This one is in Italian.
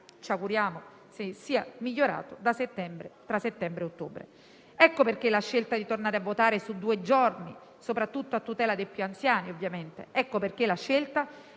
ci auguriamo - sia migliorato tra settembre e ottobre. Ecco perché la scelta di tornare a votare su due giorni, soprattutto a tutela dei più anziani, ovviamente. Ecco perché la scelta